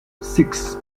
six